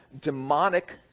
demonic